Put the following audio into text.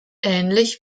ähnlich